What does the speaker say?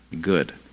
good